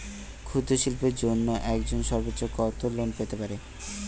ক্ষুদ্রশিল্পের জন্য একজন সর্বোচ্চ কত লোন পেতে পারে?